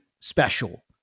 special